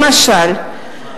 למשל,